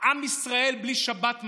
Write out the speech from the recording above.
עם ישראל בלי שבת מלכתא".